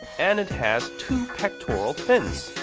and it has two pectoral fins!